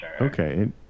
okay